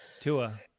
Tua